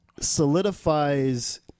solidifies